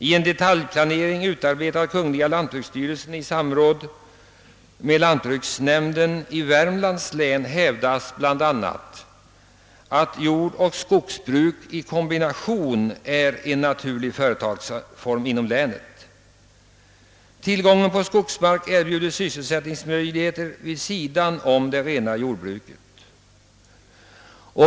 I en detaljplanering, utarbetad av kungl. lantbruksstyrelsen i samråd med lantbruksnämnden i Värmlands län, hävdas bl.a. att jordoch skogsbruk i kombination är en naturlig företagsform inom länet. Tillgången på skogsmark erbjuder sysselsättningsmöjligheter vid sidan om det rena skogsbruket.